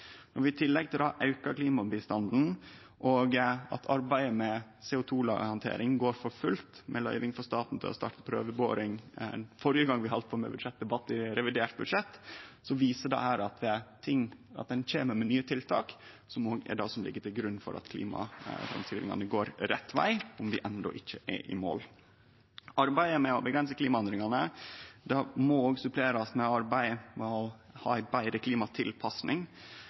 Når vi i tillegg til det aukar klimabistanden og arbeidet med CO 2 -handtering går for fullt – med løyving frå staten til å starte prøveboring frå førre gongen vi heldt på med budsjettdebatt, i revidert budsjett – viser det at ein kjem med nye tiltak, som òg er det som ligg til grunn for at klimaframskrivingane går rett veg, om dei enno ikkje er i mål. Arbeidet med å avgrense klimaendringane må òg supplerast med arbeid for ei betre klimatilpassing.